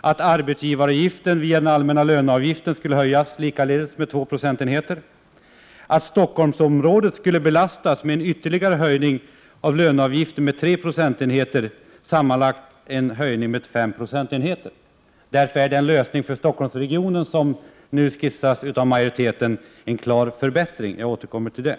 att arbetsgivaravgifterna via den allmänna löneavgiften skulle höjas med, likaledes, 2 procentenheter, och att Stockholmsområdet skulle belastas med en ytterligare höjning av löneavgiften med 3 procentenheter — sammanlagt en höjning med 5 procentenheter. Därför är den lösning för Stockholmsregionen som nu skisseras av majoriteten en klar förbättring; jag återkommer till det.